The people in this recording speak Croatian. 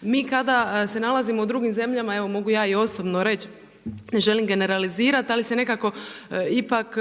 Mi kada se nalazimo u drugim zemljama, evo mogu ja i osobno reći, ne želim generalizirati ali se ipak